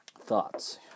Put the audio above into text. thoughts